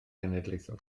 genedlaethol